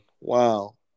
Wow